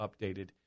updated